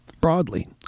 Broadly